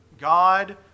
God